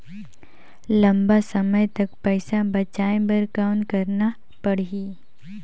लंबा समय तक पइसा बचाये बर कौन करना पड़ही?